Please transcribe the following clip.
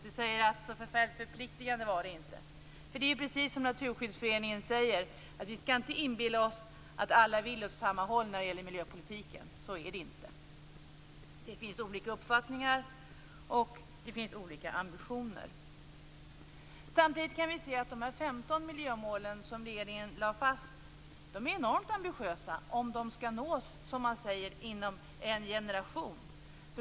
Det säger att så förfärligt förpliktigande var det inte. Det är precis som Naturskyddsföreningen säger: Vi skall inte inbilla oss att alla vill åt samma håll när det gäller miljöpolitiken. Så är det inte. Det finns olika uppfattningar, och det finns olika ambitioner. Samtidigt är de 15 miljömål som regeringen lade fast enormt ambitiösa om de skall uppnås, som man säger, inom en generation.